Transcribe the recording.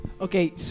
Okay